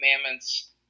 commandments